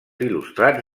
il·lustrats